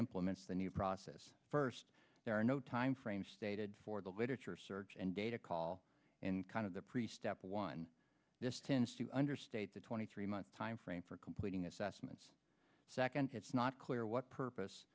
implements the new process first there are no time frame stated for the literature search and data call in kind of the pre step one this tends to understate the twenty three month timeframe for completing assessments second it's not clear what